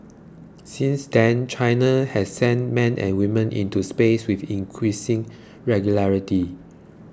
since then China has sent men and women into space with increasing regularity